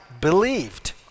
believed